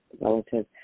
relative